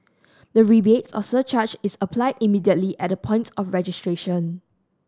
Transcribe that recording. the rebate or surcharge is applied immediately at the point of registration